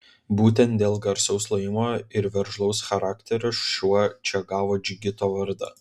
būtent dėl garsaus lojimo ir veržlaus charakterio šuo čia gavo džigito vardą